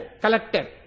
collector